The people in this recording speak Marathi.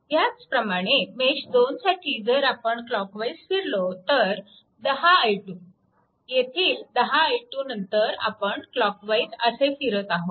ह्याचप्रमाणे मेश 2 साठी जर आपण क्लॉक वाईज फिरलो तर 10 i2 येथील 10 i2 नंतर आपण क्लॉकवाईज असे फिरत आहोत